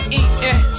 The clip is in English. eating